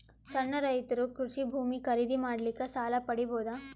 ಸಣ್ಣ ರೈತರು ಕೃಷಿ ಭೂಮಿ ಖರೀದಿ ಮಾಡ್ಲಿಕ್ಕ ಸಾಲ ಪಡಿಬೋದ?